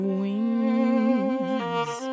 wings